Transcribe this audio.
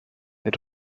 they